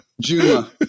Juma